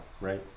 right